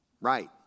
right